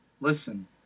listen